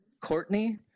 Courtney